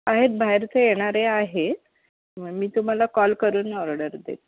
आहेत बाहेरचे येणारे आहेत मग मी तुम्हाला कॉल करून ऑर्डर देते